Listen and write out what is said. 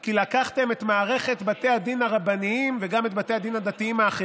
כי לקחתם את מערכת בתי הדין הרבניים וגם את בתי הדין האחרים,